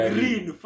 Green